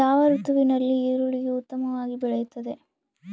ಯಾವ ಋತುವಿನಲ್ಲಿ ಈರುಳ್ಳಿಯು ಉತ್ತಮವಾಗಿ ಬೆಳೆಯುತ್ತದೆ?